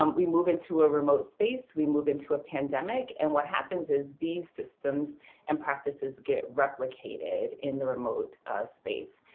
um we move into a remote space, we move into a pandemic and what happens is these systems and practices get replicated in the remote space.